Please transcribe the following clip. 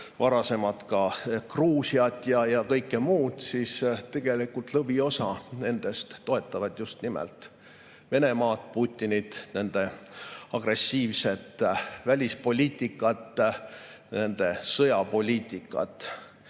varasemalt ka Gruusiat ja kõike muud. Tegelikult lõviosa toetab just nimelt Venemaad, Putinit, nende agressiivset välispoliitikat, nende sõjapoliitikat. Nii